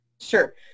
Sure